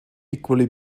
equally